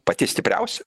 pati stipriausia